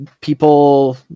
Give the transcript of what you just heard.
people